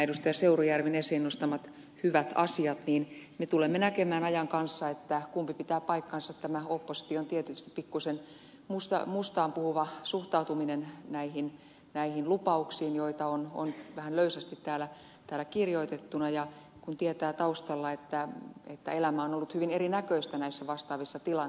seurujärvi nosti esiin hyviä asioita me tulemme näkemään ajan kanssa kumpi pitää paikkansa nämä hyvät näkymät vai tämä opposition tietysti pikkuisen mustanpuhuva suhtautuminen näihin lupauksiin joita on vähän löysästi täällä kirjoitettuina kun tietää taustalla että elämä on ollut hyvin eri näköistä näissä vastaavissa tilanteissa